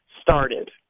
started